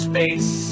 Space